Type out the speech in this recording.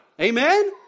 Amen